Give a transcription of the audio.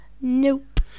Nope